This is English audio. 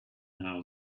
now